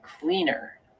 cleaner